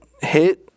hit